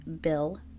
Bill